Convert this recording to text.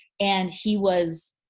and he was,